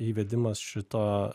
įvedimas šito